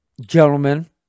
gentlemen